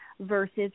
versus